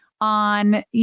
on